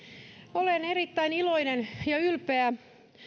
olen erittäin iloinen ja ylpeä